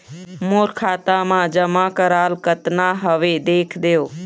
मोर खाता मा जमा कराल कतना हवे देख देव?